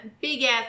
big-ass